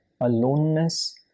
aloneness